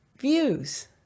views